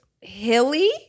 hilly